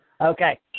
Okay